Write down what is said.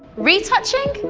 retouching?